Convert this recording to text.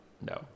no